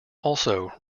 also